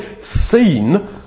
seen